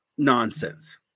Nonsense